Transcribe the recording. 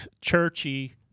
churchy